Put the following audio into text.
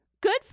good